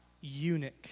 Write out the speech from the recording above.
eunuch